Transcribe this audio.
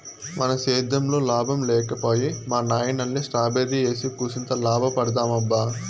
మన సేద్దెంలో లాభం లేక పోయే మా నాయనల్లె స్ట్రాబెర్రీ ఏసి కూసింత లాభపడదామబ్బా